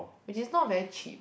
which is not very cheap